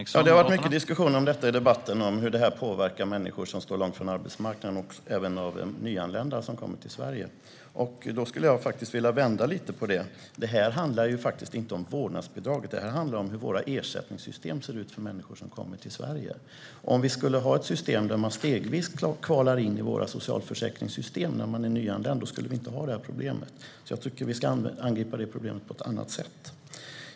Herr talman! Det har varit mycket diskussion i debatten om hur det här påverkar människor som står långt från arbetsmarknaden och även nyanlända till Sverige. Jag skulle vilja vända lite på det. Det här handlar faktiskt inte om vårdnadsbidraget. Det här handlar om hur våra ersättningssystem ser ut för människor som kommer till Sverige. Om vi skulle ha ett system där man som nyanländ stegvis kvalar in i våra socialförsäkringssystem, då skulle vi inte ha det här problemet. Jag tycker att vi ska angripa det problemet på ett annat sätt.